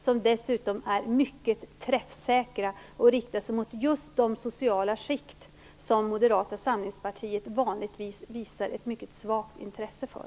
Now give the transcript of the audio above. De är dessutom mycket träffsäkra och riktar sig just mot de sociala skikt som Moderata samlingspartiet vanligtvis visar ett mycket svagt intresse för.